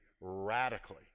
radically